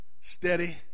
steady